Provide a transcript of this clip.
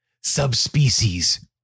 subspecies